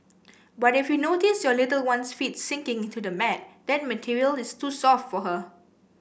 but if you notice your little one's feet sinking into the mat that material is too soft for her